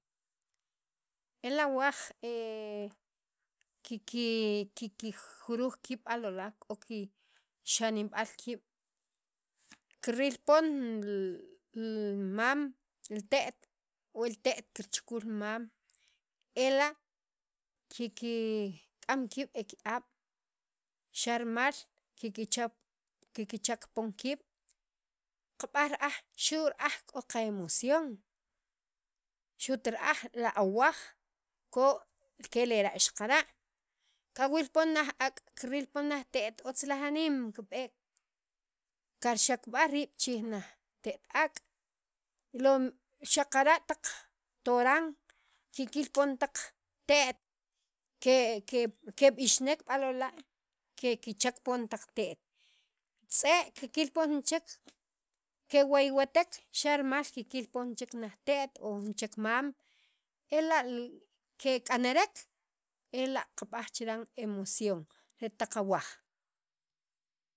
Elawaj kiki kikiruj kiib' b'a lola' k'o kixanib'al kiib' kiril pon l mam l te't o el te't kirchukul mam ela' kikik'am kiib' eki'ab' xa' rimal kikichap kikichak pon kiib' qab'aj ra'aj xu' ra'aj k'o qa- emosion xu't ra'aj la awaj k'o kelera' xaqara' kawiil pon laj ak' kiril pon te't otzlaj aniim kib'eek karxaktb''a' riib' chij laj te't ak xaqara' li toran kikil pon laj te't keb'ixnek b'alola' kikichak pon taq te't tz'e' kikil pon jun chek kewaywatek xa' rimal kikil pon chek naj te't o jun chek mam ela' kek'anarek ela' qab'aj chiran emosion re taq awaj.